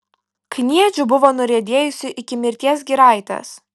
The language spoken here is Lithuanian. kniedžių buvo nuriedėjusių iki mirties giraitės